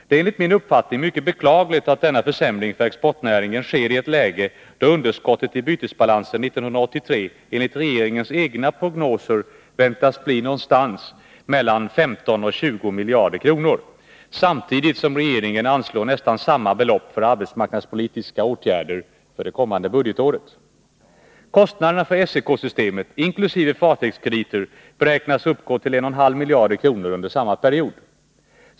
Det är enligt min uppfattning mycket beklagligt att denna försämring för exportnäringen sker i ett läge då underskottet i bytesbalansen 1983 enligt regeringens egna prognoser väntas bli någonstans mellan 15 och 20 miljarder kronor. Samtidigt anslår regeringen nästan samma belopp för arbetsmarknadspolitiska åtgärder det kommande budgetåret. Kostnaderna för SEK systemet, inklusive fartygskrediter, beräknas uppgå till 1,5 miljarder kronor under samma period.